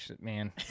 Man